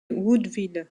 woodville